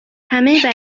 همه